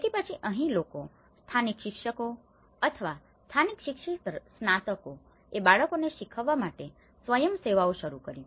તેથી પછી અહી લોકો સ્થાનિક શિક્ષકો અથવા સ્થાનિક શિક્ષિત સ્નાતકોએ બાળકોને શીખવવા માટે સ્વયંસેવાઓ શરૂ કરી